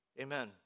Amen